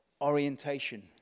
orientation